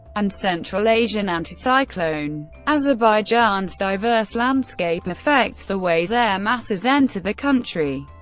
and central asian anticyclone. azerbaijan's diverse landscape affects the ways air masses enter the country.